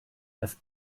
dass